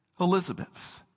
Elizabeth